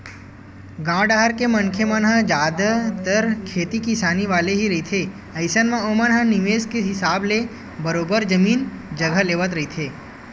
गाँव डाहर के मनखे मन ह जादतर खेती किसानी वाले ही रहिथे अइसन म ओमन ह निवेस के हिसाब ले बरोबर जमीन जघा लेवत रहिथे